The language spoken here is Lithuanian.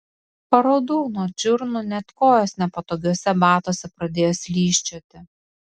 paraudau nuo čiurnų net kojos nepatogiuose batuose pradėjo slysčioti